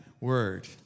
word